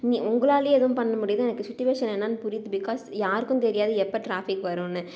நீ உங்களாளலே எதுவும் பண்ண முடியுது எனக்கு சுட்டிவேஷன் என்னான்னு புரியுது பிகாஸ் யாருக்கும் தெரியாது எப்போ ட்ராஃபிக் வரும்ணு